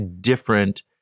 different